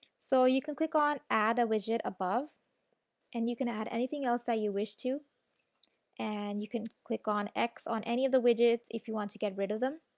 so you can click on add a widget above and you can add anything else that you wish to and you can click on x on any of the widgets if you want to get rid of them.